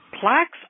plaques